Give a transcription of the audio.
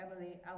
Emily